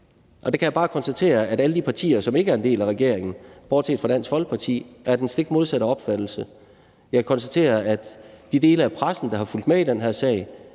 Jeg kan bare konstatere, at alle de partier, som ikke er en del af regeringen, bortset fra Dansk Folkeparti, er af den stik modsatte opfattelse. Jeg kan konstatere, at de dele af pressen, der har fulgt med i den her sag,